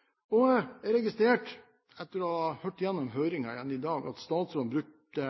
innstillingen. Jeg registrerte, etter å ha hørt igjennom høringen igjen i dag, at statsråden brukte